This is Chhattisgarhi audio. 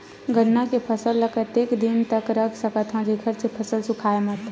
गन्ना के फसल ल कतेक दिन तक रख सकथव जेखर से फसल सूखाय मत?